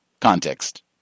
context